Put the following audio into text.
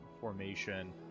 formation